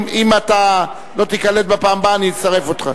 אם אתה לא תיקלט בפעם הבאה, אני אצרף אותך.